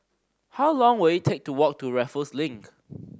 how long will it take to walk to Raffles Link